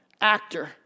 actor